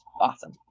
awesome